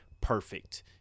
perfect